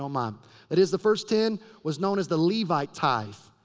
um um that is, the first ten was known as the levite tithe.